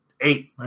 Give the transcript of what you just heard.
Eight